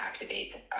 activates